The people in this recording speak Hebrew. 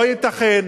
לא ייתכן,